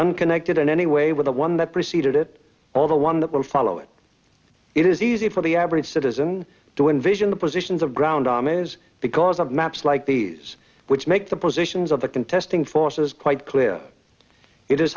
unconnected in any way with the one that preceded it all the one that will follow it it is easy for the average citizen to envision the positions of ground on is because of maps like these which make the positions of the contesting forces quite clear it is